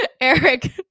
eric